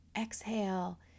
exhale